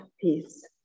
peace